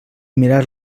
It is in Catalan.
mirar